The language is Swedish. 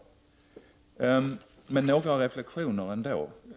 Jag vill ändå göra några reflexioner.